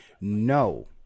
no